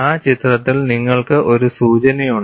ആ ചിത്രത്തിൽ നിങ്ങൾക്ക് ഒരു സൂചനയുണ്ട്